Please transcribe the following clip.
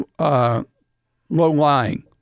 low-lying